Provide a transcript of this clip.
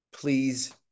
please